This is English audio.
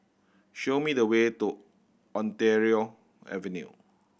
show me the way to Ontario Avenue